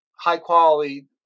high-quality